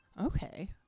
okay